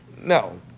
no